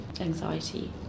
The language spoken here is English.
anxiety